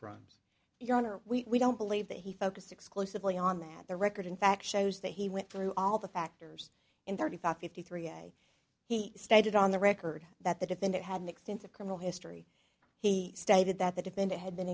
crimes your honor we don't believe that he focused exclusively on that the record in fact shows that he went through all the factors in thirty five fifty three day he stated on the record that the defendant had an extensive criminal history he stated that the defendant had been